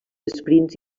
esprints